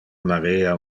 maria